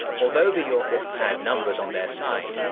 although the yorkists had numbers on their side,